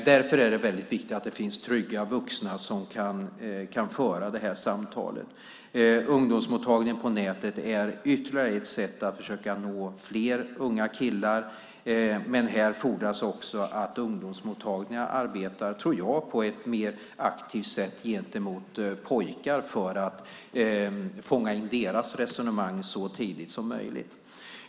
Därför är det viktigt att det finns trygga vuxna som kan föra samtalet. Ungdomsmottagningen på nätet är ytterligare ett sätt att försöka nå fler unga killar. Men jag tror att här också fordras att ungdomsmottagningarna arbetar på ett mer aktivt sätt gentemot pojkar för att fånga in deras resonemang så tidigt som möjligt.